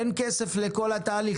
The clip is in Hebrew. אין כסף לכל התהליך.